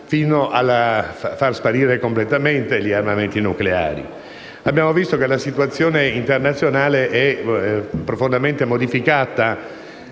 fino a far sparire completamente gli armamenti nucleari. Abbiamo visto che la situazione internazionale si è profondamente modificata